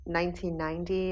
1990